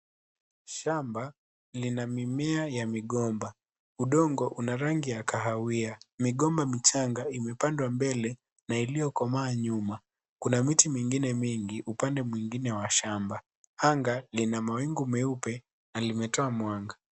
Shamba lina mimea ya migomba. Udongo una rangi ya kahawia. Migomba michanga imepandwa mbele na iliyokomaa nyuma. Kuna miti mingine mingi upande mwingine wa shamba. Anga lina mawingu meupe na limetoa mwanga.